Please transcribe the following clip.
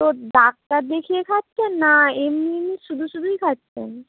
তো ডাক্তার দেখিয়ে খাচ্ছেন না এমনি এমনি শুধু শুধুই খাচ্ছেন